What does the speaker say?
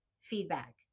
feedback